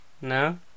No